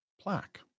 plaque